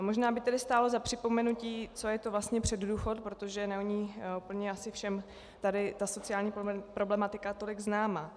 Možná by tedy stálo za připomenutí, co je to vlastně předdůchod, protože není úplně asi všem tato sociální problematika tolik známa.